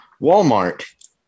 Walmart